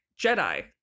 Jedi